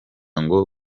ngo